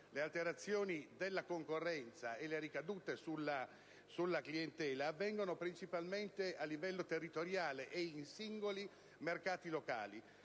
le alterazioni della concorrenza e le ricadute sulla clientela avvengono principalmente a livello territoriale e in singoli mercati locali.